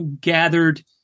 gathered